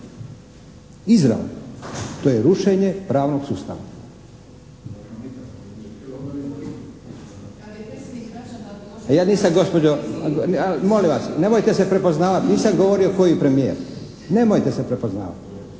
/Upadica se ne razumije./ … A ja nisam gospođo, molim vas, nemojte se prepoznavati. Nisam govorio koji premijer, nemojte se prepoznavati.